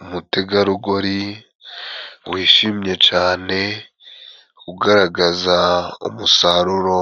Umutegarugori wishimye cane, ugaragaza umusaruro